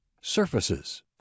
Surfaces